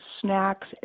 snacks